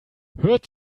hört